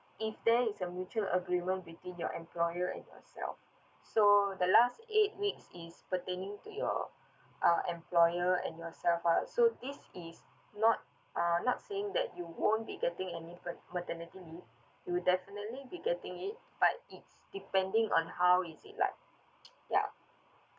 if there is a mutual agreement between your employer and yourself so the last eight weeks is pertaining to your uh employer and yourself ah so this is not uh not saying that you won't be getting any ma~ maternity leave you'll definitely be getting it but it's depending on how is it like ya